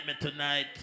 tonight